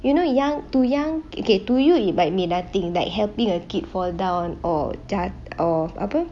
you know young to young okay to you it might be nothing like helping a kid fall down or jaga or apa